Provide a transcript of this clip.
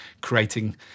creating